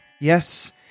yes